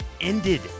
ended